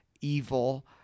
evil